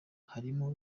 harimo